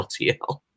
LTL